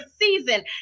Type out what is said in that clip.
season